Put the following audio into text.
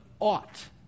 ought